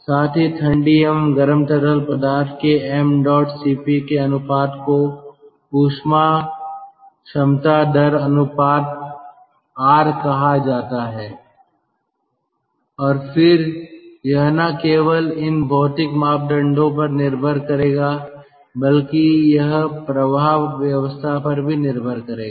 साथ ही ठंडी एवं गर्म तरल पदार्थ के m dot Cp के अनुपात को ऊष्मा क्षमता दर अनुपात कहा जाता है और फिर यह न केवल इन भौतिक मापदंडों पर निर्भर करेगा बल्कि यह प्रवाह व्यवस्था पर भी निर्भर करेगा